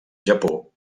japó